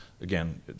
Again